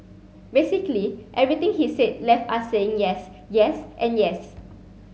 basically everything he said left us saying yes yes and yes